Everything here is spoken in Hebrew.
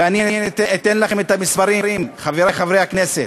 ואני אתן לכם את המספרים, חברי חברי הכנסת.